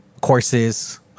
courses